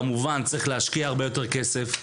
כמובן צריך להשקיע הרבה יותר כסף,